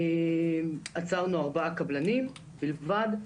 עצרנו ארבעה קבלנים בלבד.